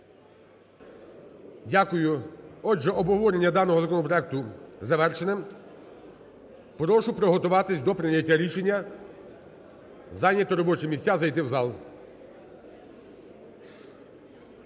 Дякую. Отже, обговорення даного законопроекту завершене. Прошу приготуватись до прийняття рішення, зайняти робочі місця, зайти в зал.